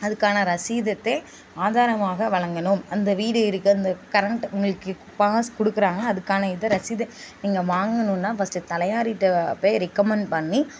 அதுக்கான ரசீத்தை ஆதாரமாக வழங்கணும் அந்த வீடு இருக்கிற அந்த கரண்ட் உங்களுக்கு பாஸ் கொடுக்குறாங்க அதுக்கான இதை ரசீதை நீங்க வாங்கணுன்னா ஃபஸ்ட்டு தலையாரிட்டே போய் ரெக்கமெண்ட் பண்ணி